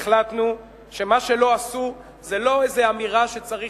החלטנו שמה שלא עשו זה לא איזו אמירה שצריך,